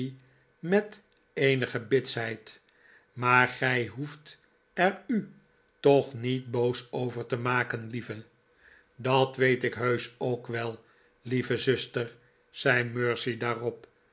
met eenige bitsheid maar gij hoeft er u toch niet boos over te maken lieve dat weet ik heusch ook wel lieve zuster zei mercy